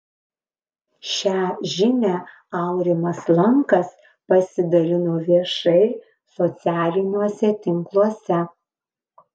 šią žinią aurimas lankas pasidalino viešai socialiniuose tinkluose